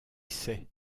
sait